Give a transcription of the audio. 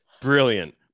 Brilliant